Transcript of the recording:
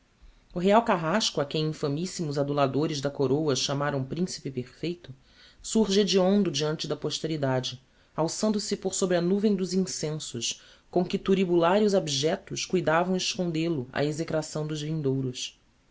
o real carrasco a quem infamissimos aduladores da corôa chamaram principe perfeito surge hediondo diante da posteridade alçando se por sobre a nuvem dos incensos com que thuribularios abjectos cuidavam escondel o á execração dos vindouros